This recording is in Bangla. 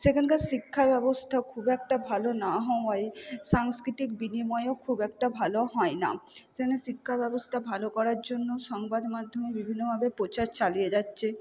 সেখানকার শিক্ষাব্যবস্থা খুব একটা ভালো না হওয়ায় সাংস্কৃতিক বিনিময়ও খুব একটা ভালো হয় না সেই জন্য শিক্ষাব্যবস্থা ভালো করার জন্যও সংবাদমাধ্যমে বিভিন্নভাবে প্রচার চালিয়ে যাচ্ছে